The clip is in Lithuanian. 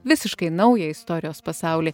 visiškai naują istorijos pasaulį